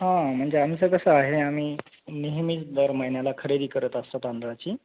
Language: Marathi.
हां म्हणजे आमचं कसं आहे आम्ही नेहमीच दर महिन्याला खरेदी करत असतो तांदळाची